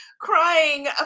crying